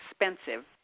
expensive